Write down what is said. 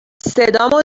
صدامو